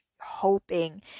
hoping